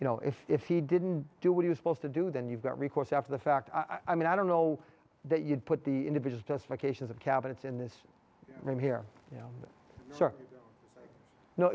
you know if if he didn't do what you supposed to do then you've got recourse after the fact i mean i don't know that you'd put the individual justification of cabinets in this room here y